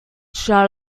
shall